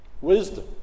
Wisdom